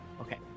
Okay